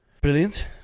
brilliant